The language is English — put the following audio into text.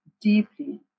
deeply